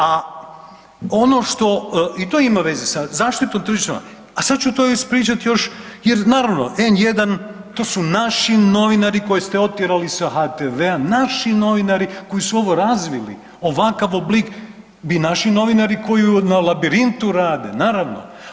A ono što i to ima veze sa zaštitom tržišnog, a sad ću to ispričati još jer naravno N1 to su naši novinari koje ste otjerali sa HTV-a, naši novinari koji su ovo razvili ovakav oblik bi naši novinari koji na Labirintu rade naravno.